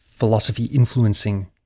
philosophy-influencing